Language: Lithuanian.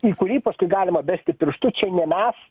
į kurį paskui galima besti pirštu čia ne mes